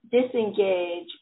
disengage